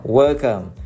welcome